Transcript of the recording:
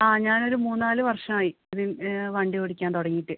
ആ ഞാനൊരു മൂന്നാല് വർഷമായി ഇതി ന്ന് വണ്ടി ഓടിക്കാൻ തുടങ്ങിയിട്ട്